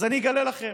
אז אני אגלה לכם,